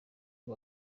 ubu